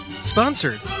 Sponsored